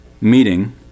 meeting